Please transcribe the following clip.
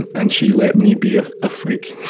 and and she let me be a ah freak,